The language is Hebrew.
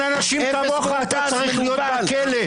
--- אנשים כמוך אתה צריך להיות בכלא.